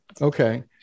Okay